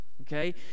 Okay